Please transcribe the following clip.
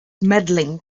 medaling